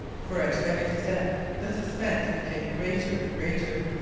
for at every step the suspense became greater and greater.